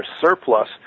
surplus